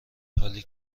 حالی